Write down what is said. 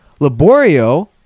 Laborio